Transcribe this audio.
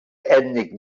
ètnic